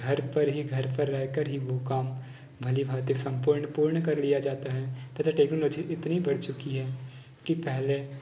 घर पर ही घर पर रहकर ही वो काम भली भांति सम्पूर्ण पूर्ण कर लिया जाता है तथा टेक्नोलॉजी इतनी बढ़ चुकी है कि पहले